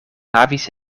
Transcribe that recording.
havis